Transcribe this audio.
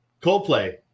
Coldplay